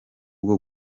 bwo